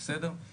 שזה בסדר,